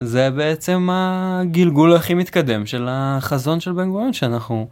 זה בעצם הגלגול הכי מתקדם של החזון של בן גוריון שאנחנו...